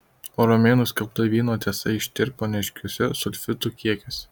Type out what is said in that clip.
o romėnų skelbta vyno tiesa ištirpo neaiškiuose sulfitų kiekiuose